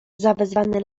zawezwany